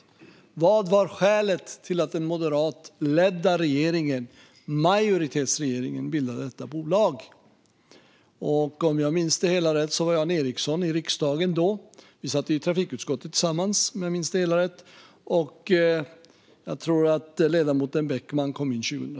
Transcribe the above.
Vad var skälet till att den moderatledda regeringen, majoritetsregeringen, bildade detta bolag? Om jag minns det hela rätt satt Jan Ericson i riksdagen då. Vi satt i trafikutskottet tillsammans. Och jag tror att ledamoten Beckman kom in 2010.